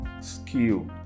skill